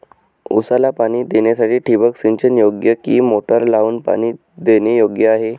ऊसाला पाणी देण्यासाठी ठिबक सिंचन योग्य कि मोटर लावून पाणी देणे योग्य आहे?